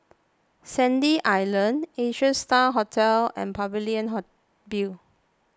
Sandy Island Asia Star Hotel and Pavilion View